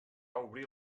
obrir